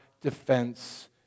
defense